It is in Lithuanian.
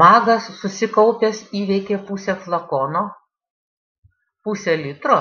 magas susikaupęs įveikė pusę flakono pusė litro